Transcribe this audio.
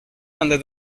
under